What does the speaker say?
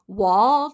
wall